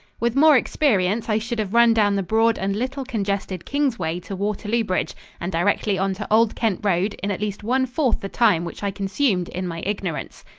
with more experience, i should have run down the broad and little-congested kingsway to waterloo bridge and directly on to old kent road in at least one-fourth the time which i consumed in my ignorance.